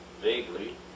Vaguely